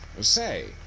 Say